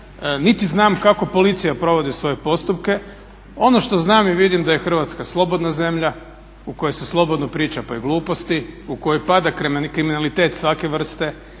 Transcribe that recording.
niti znam kako policija provodi svoje postupke. Ono što znam i vidim da je Hrvatska slobodna zemlja u kojoj se slobodno priča pa i gluposti, u kojoj pada kriminalitet svake vrste,